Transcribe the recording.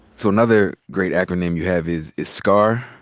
so another great acronym you have is is scar.